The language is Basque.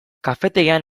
kafetegian